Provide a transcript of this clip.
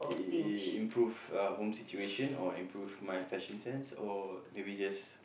improve uh home situation or improve my fashion sense or maybe just